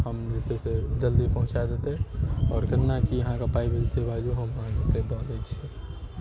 हम जे छै से जल्दी पहुँचा देतै आओर केना की अहाँके पाइ भेल से बाजू हम अहाँके से दऽ दै छी